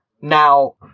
Now